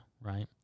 right